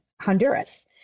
Honduras